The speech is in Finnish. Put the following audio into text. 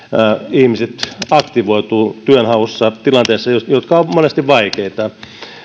ihmiset aktivoituvat työnhaussa tilanteissa jotka ovat monesti vaikeita